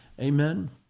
Amen